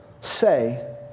say